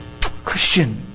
Christian